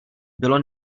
bylo